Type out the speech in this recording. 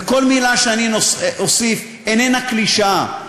וכל מילה שאוסיף איננה קלישאה,